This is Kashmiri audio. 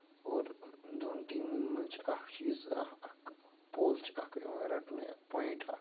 اور دۄن ٹیٖمَن منٛز چھُ اکھ چیٖز اکھ پول چھُ اکھ یِوان رَٹنہٕ اکھ پویِنٹ اکھ